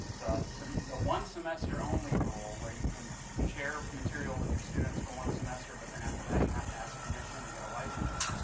the one semester only rule where you can share material with your students for one semester but then after that you have to ask permission or get a license,